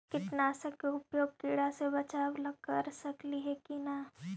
कीटनाशक के उपयोग किड़ा से बचाव ल कर सकली हे की न?